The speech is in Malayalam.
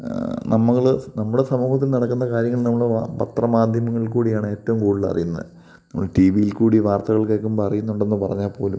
നമ്മൾ നമ്മുടെ സമൂഹത്തിൽ നടക്കുന്ന കാര്യങ്ങൾ നമ്മൾ പത്ര മാധ്യമങ്ങളിൽ കൂടിയാണ് ഏറ്റവും കൂടുതൽ അറിയുന്നത് നമ്മൾ ടിവിയിൽ കൂടി വാർത്തകൾ കേൾക്കുമ്പം അറിയുന്നുണ്ടെന്ന് പറഞ്ഞാൽ പോലും